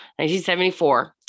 1974